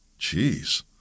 Jeez